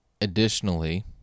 Additionally